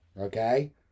Okay